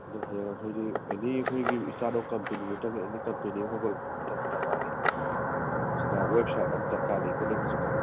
ꯑꯗꯣ ꯍꯌꯦꯡ ꯑꯩꯈꯣꯏꯒꯤ ꯑꯦꯅꯤ ꯑꯩꯈꯣꯏꯒꯤ ꯏꯁꯇꯥꯔꯠ ꯑꯞ ꯀꯝꯄꯦꯅꯤ ꯅꯠꯇ꯭ꯔꯒ ꯑꯦꯅꯤ ꯀꯝꯄꯦꯅꯤ ꯑꯃ ꯍꯧꯒꯠꯂꯛꯄ ꯃꯇꯝꯗ ꯃꯥꯒꯤ ꯁꯤꯗ ꯋꯦꯕꯁꯥꯏꯠ ꯑꯃ ꯗꯔꯀꯥꯔ ꯂꯩꯀꯣ ꯂꯩꯕꯁꯨꯀꯣ